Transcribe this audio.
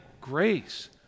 grace